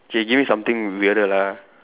okay give me something weirder lah